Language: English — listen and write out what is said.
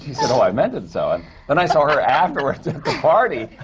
she said, oh, i meant it so. and then i saw her afterwards at the party,